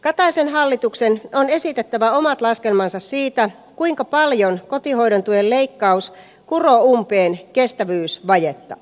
kataisen hallituksen on esitettävä omat laskelmansa siitä kuinka paljon kotihoidon tuen leikkaus kuulla umpeen kestävyysvajetta e